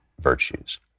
virtues